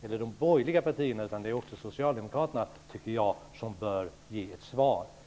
de borgerliga partierna utan också Socialdemokraterna bör ge ett svar.